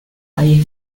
hay